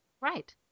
Right